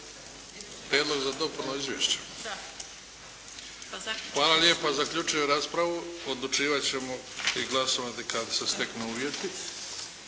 za dopunu izvješća. Hvala lijepa. Zaključujem raspravu. Odlučivat ćemo i glasovati kad se steknu uvjeti.